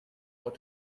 what